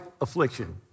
affliction